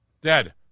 Dead